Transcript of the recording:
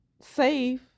safe